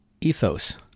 ethos